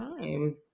time